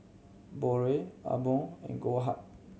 Biore Amore and Goldheart